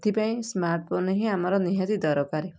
ଏଥିପାଇଁ ସ୍ମାର୍ଟଫୋନ ହିଁ ଆମର ନିହାତି ଦରକାର